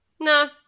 No